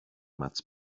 much